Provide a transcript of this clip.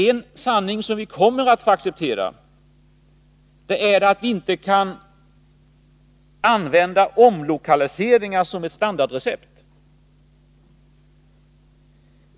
En sanning som vi kommer att få acceptera är att vi inte kan använda omlokaliseringar som ett standardrecept.